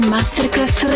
Masterclass